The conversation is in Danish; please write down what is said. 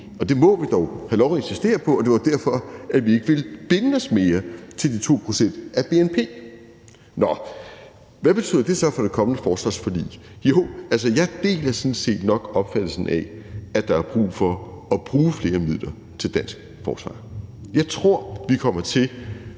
og det må vi dog have lov at insistere på, og det var derfor, at vi ikke ville binde os mere til 2 pct. af bnp. Nå, hvad betyder det så for det kommende forsvarsforlig? Jo, jeg deler sådan set nok opfattelsen af, at der er brug for at bruge flere midler til dansk forsvar. Jeg tror, at vi kommer til